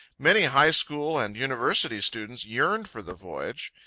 many high school and university students yearned for the voyage,